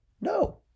no